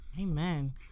amen